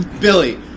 Billy